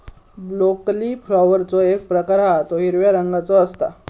broccoli फ्लॉवरचो एक प्रकार हा तो हिरव्या रंगाचो असता